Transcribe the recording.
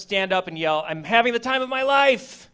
stand up and yell i'm having the time of my life